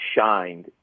shined